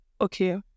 okay